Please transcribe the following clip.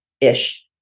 ish